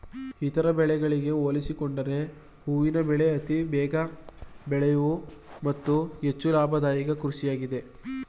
ಇತರ ಬೆಳೆಗಳಿಗೆ ಹೋಲಿಸಿಕೊಂಡರೆ ಹೂವಿನ ಬೆಳೆ ಅತಿ ಬೇಗ ಬೆಳೆಯೂ ಮತ್ತು ಹೆಚ್ಚು ಲಾಭದಾಯಕ ಕೃಷಿಯಾಗಿದೆ